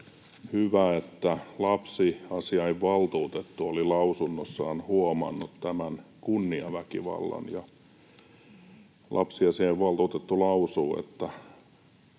hyvä, että lapsiasiavaltuutettu oli lausunnossaan huomannut tämän kunniaväkivallan. Lapsiasiavaltuutettu lausuu: